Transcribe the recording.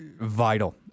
vital